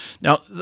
Now